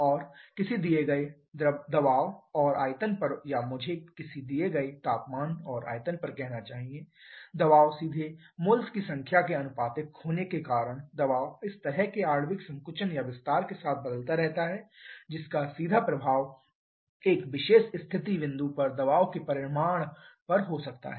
और किसी दिए गए दबाव और आयतन पर या मुझे किसी दिए गए तापमान और आयतन पर कहना चाहिए दबाव सीधे मोल्स की संख्या के आनुपातिक होने के कारण दबाव इस तरह के आणविक संकुचन या विस्तार के साथ बदलता रहता है जिसका सीधा प्रभाव एक विशेष स्थिति बिंदु पर दबाव के परिमाण पर हो सकता है